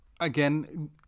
Again